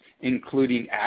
including